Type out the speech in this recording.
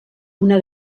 una